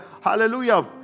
hallelujah